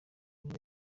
muri